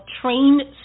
trained